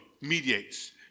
mediates